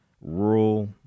rural